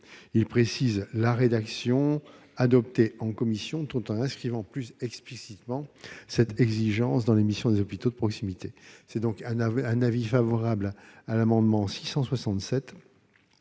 il précise la rédaction adoptée en commission, tout en inscrivant plus explicitement cette exigence dans les missions des hôpitaux de proximité. La commission a donc émis un avis favorable sur l'amendement n°